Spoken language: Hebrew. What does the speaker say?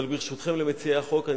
אבל מציעי החוק,